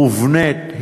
מובנית,